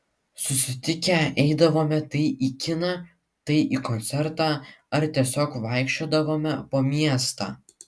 susitikę eidavome tai į kiną tai į koncertą ar tiesiog vaikščiodavome po miestą